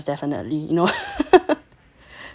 definitely you know